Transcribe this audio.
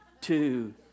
two